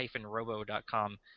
robo.com